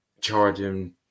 charging